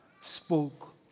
spoke